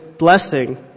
blessing